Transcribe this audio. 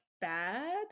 bad